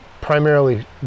primarily